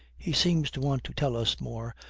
he seems to want to tell us more,